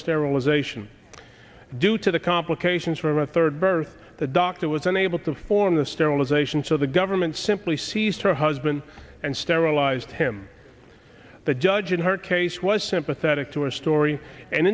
sterilization due to the complications from a third birth the doctor was unable to form the sterilization so the government simply seized her husband and sterilized him the judge in her case was sympathetic to her story and